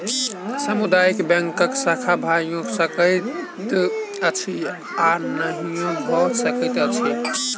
सामुदायिक बैंकक शाखा भइयो सकैत अछि आ नहियो भ सकैत अछि